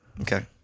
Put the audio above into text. okay